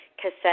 cassette